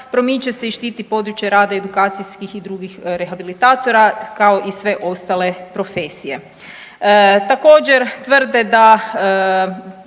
promiče se i štiti područje rada i edukacijskih i drugih rehabilitatora, kao i sve ostale profesije. Također, tvrde da